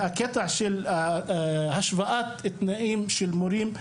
הקטע של השוואת התנאים של המורים,